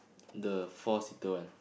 the four seater one